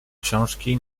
książki